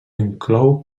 inclou